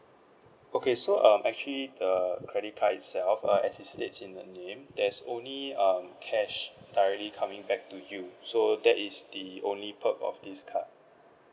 okay so um actually the credit card itself err as it's state in the name there's only um cash directly coming back to you so that is the only perk of this card